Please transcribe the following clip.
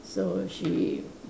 so she